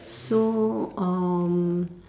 so um